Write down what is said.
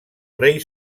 rei